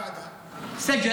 בערבית:).